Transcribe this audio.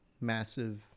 massive